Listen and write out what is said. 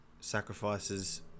sacrifices